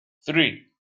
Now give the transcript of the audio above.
three